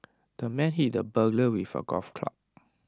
the man hit the burglar with A golf club